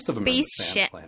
spaceship